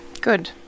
Good